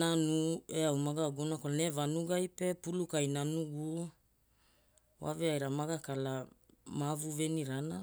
nanu eau magaguuna kwalana ia vanugai pe pulukai nanu guu waveaira maga kalamavu venirana.